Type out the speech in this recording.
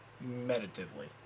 meditatively